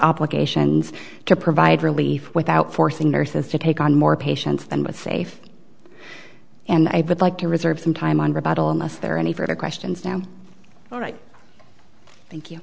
obligations to provide relief without forcing earth to take on more patients than with safe and i would like to reserve some time on rebuttal unless there are any further questions now all right thank you